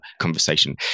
conversation